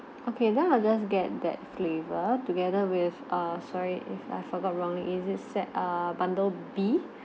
okay then I just get that flavor together with err sorry if I forgot wrongly is it set err bundle B